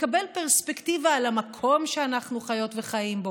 לקבל פרספקטיבה על המקום שאנחנו חיות וחיים בו,